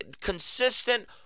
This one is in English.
consistent